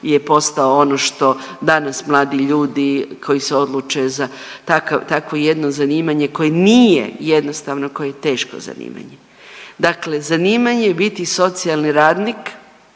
je postao ono što danas mladi ljudi koji se odluče za takvo jedno zanimanje koje nije jednostavno koje je teško zanimanje. Dakle, zanimanje je biti socijalni radnik